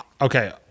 okay